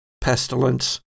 Pestilence